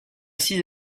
six